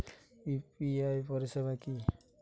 UPI পরিসেবা কি?